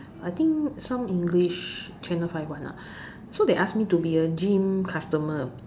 I think some English channel five [one] lah so they ask me to be a gym customer